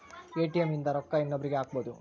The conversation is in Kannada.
ಎ.ಟಿ.ಎಮ್ ಇಂದ ರೊಕ್ಕ ಇನ್ನೊಬ್ರೀಗೆ ಹಕ್ಬೊದು